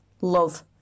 Love